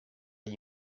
gli